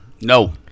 No